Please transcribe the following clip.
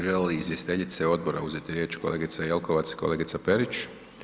Želi li izvjestiteljice odbora uzeti riječ, kolegica Jelkovac i kolegica Perić?